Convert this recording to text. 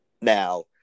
now